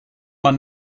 man